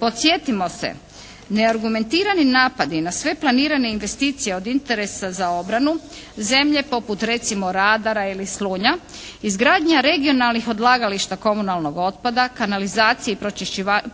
Podsjetimo se, neargumentirani napadi na sve planirane investicije od interesa za obranu zemlje poput recimo radara ili Slunja, izgradnja regionalnih odlagališta komunalnog otpada, kanalizacije i